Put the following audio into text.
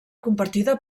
compartida